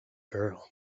girl